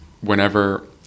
whenever